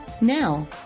Now